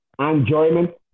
enjoyment